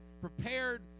prepared